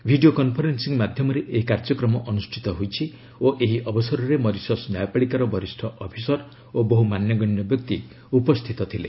video conferencing ମାଧ୍ୟମରେ ଏହି କାର୍ଯ୍ୟକ୍ରମ ଅନୁଷ୍ଠିତ ହୋଇଛି ଓ ଏହି ଅବସରରେ ମରିସସ୍ ନ୍ୟାୟପାଳିକାର ବରିଷ୍ଣ ଅଫିସର ଓ ବହୁ ମାନ୍ୟଗଣ୍ୟ ବ୍ୟକ୍ତି ଉପସ୍ଥିତ ଥିଲେ